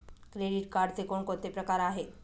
Credit कार्डचे कोणकोणते प्रकार आहेत?